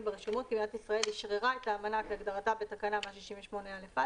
ברשומות כי מדינת ישראל אישררה את האמנה כהגדרתה בתקנה 168א(א)